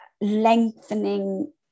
lengthening